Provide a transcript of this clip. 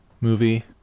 movie